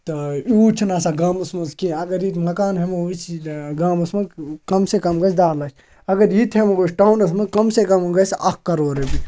تہٕ یوٗت چھِنہٕ آسان گامَس منٛز کیٚنٛہہ اَگر ییٚتہِ مَکان ہٮ۪مو أسۍ گامَس منٛز کَم سے کَم گژھِ دَہ لَچھ اَگر یہِ تہِ ہٮ۪مو أسۍ ٹاونَس منٛز کَم سے کَم گژھِ اَکھ کَرور رۄپیہِ